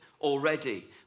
already